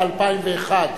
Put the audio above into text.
מ-2001,